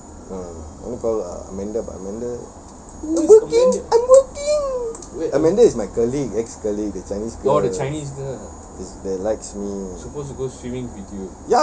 no no I won't call uh amanda but amanda I'm working I'm working amanda is my colleague ex colleague the chinese girl this girl likes me